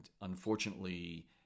unfortunately